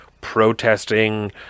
protesting